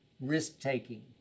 risk-taking